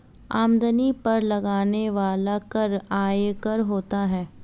आमदनी पर लगने वाला कर आयकर होता है